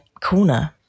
corner